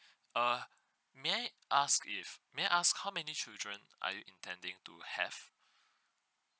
uh may I ask if may I ask how many children are you intending to have